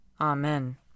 Amen